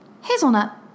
Hazelnut